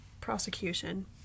prosecution